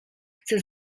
chcę